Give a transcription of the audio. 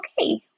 okay